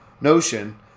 notion